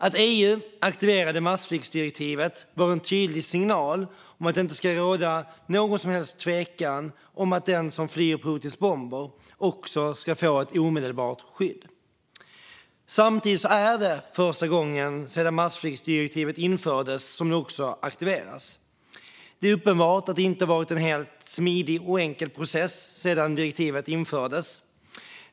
Att EU aktiverade massflyktsdirektivet var en tydlig signal om att det inte ska råda någon som helst tvekan om att den som flyr Putins bomber också ska få ett omedelbart skydd. Samtidigt är det första gången sedan massflyktsdirektivet infördes som det också har aktiverats. Det är uppenbart att det inte har varit en helt smidig och enkel process sedan direktivet infördes.